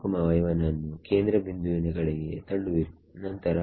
ನ್ನು ಕೇಂದ್ರ ಬಿಂದುವಿನ ಕಡೆಗೆ ತಳ್ಳುವಿರಿ ನಂತರ